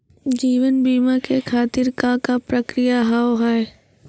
जीवन बीमा के खातिर का का प्रक्रिया हाव हाय?